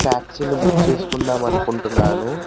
ట్యాక్సీని బుక్ చేసుకుందామనుకుంటున్నాను